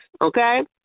okay